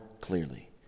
clearly